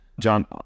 John